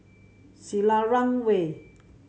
Selarang Way